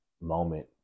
moment